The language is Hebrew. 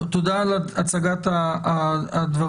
תודה עבור הצגת הדברים.